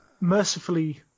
mercifully